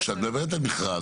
כשאת מדברת על מכרז,